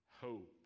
hope